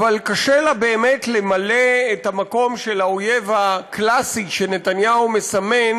אבל קשה לה באמת למלא את המקום של האויב הקלאסי שנתניהו מסמן,